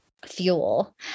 fuel